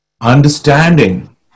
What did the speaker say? understanding